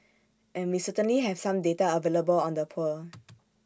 and we certainly have some data available on the poor